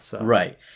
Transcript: Right